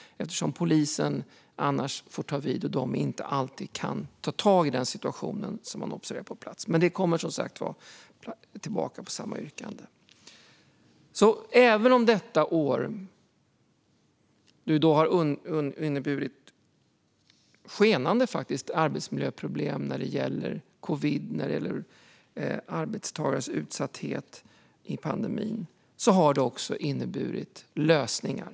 Annars får polisen ta vid, och de kan inte alltid ta tag i den situation som man observerar på plats. Men det kommer som sagt tillbaka. Även om detta år har inneburit skenande - faktiskt - arbetsmiljöproblem när det gäller covid och arbetstagares utsatthet i pandemin har det alltså även inneburit lösningar.